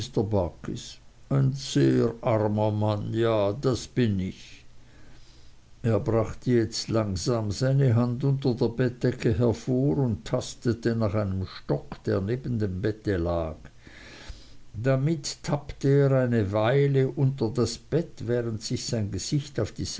armer mann ja das bin ich er brachte jetzt langsam seine hand unter der bettdecke hervor und tastete nach einem stock der neben dem bette hing damit tappte er eine weile unter das bett während sich sein gesicht auf die